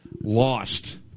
lost